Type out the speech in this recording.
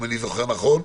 אם אני זוכר נכון,